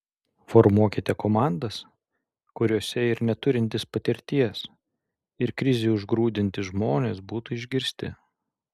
formuokite komandas kuriose ir neturintys patirties ir krizių užgrūdinti žmonės būtų išgirsti